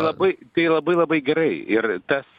labai tai labai labai gerai ir tas